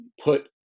put